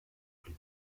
plus